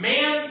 Man